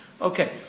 Okay